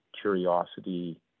curiosity